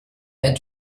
had